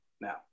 Now